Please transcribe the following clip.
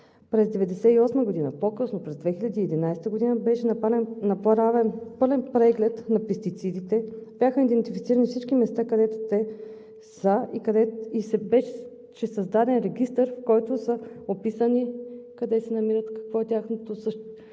През 1998 г., по-късно през 2011 г. беше направен пълен преглед на пестицидите, бяха идентифицирани всички места, където те са и беше създаден регистър, в който са описани къде се намират, какво е тяхното състояние.